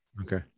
okay